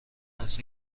است